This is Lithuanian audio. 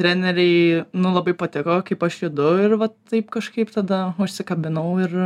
treneriai nu labai patiko kaip aš judu ir vat taip kažkaip tada užsikabinau ir